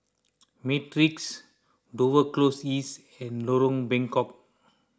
Matrix Dover Close East and Lorong Bengkok